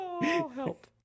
help